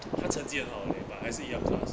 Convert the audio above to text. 她成绩很好 eh but 还是一样 class